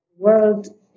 world